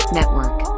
Network